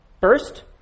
First